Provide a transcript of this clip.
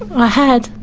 i had